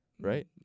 right